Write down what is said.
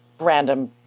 random